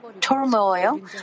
turmoil